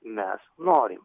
mes norim